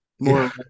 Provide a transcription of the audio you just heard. more